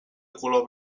color